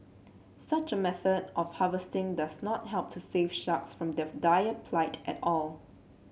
such a method of harvesting does not help to save sharks from their dire plight at all